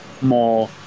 more